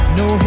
no